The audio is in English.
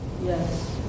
Yes